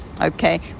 Okay